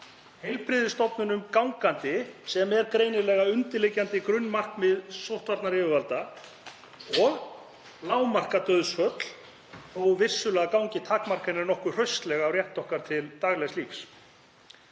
heilbrigðisstofnunum gangandi, sem er greinilega undirliggjandi grunnmarkmið sóttvarnayfirvalda, og lágmarka dauðsföll þótt vissulega gangi takmarkanirnar nokkuð hraustlega á rétt okkar til daglegs lífs.